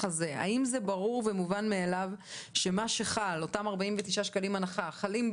הזה זה ברור ומובן מאליו שאותם 49 שקלים הנחה חלים,